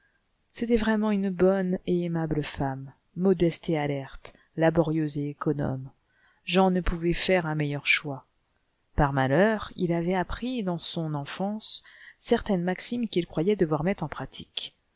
c'était vraiment une bonne et aimable femme modeste et alerte laborieuse et économe jean ne pouvait faire un meilleur choix par malheur il avait appris dans son enfance certaines maximes qu'il croyait devoir mettre en pratique